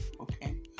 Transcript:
Okay